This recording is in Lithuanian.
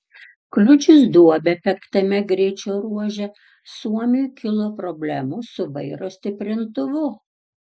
kliudžius duobę penktame greičio ruože suomiui kilo problemų su vairo stiprintuvu